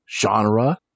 genre